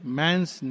man's